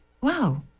wow